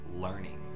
learning